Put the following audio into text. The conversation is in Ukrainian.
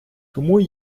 тому